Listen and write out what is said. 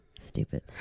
Stupid